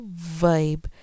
vibe